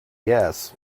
yes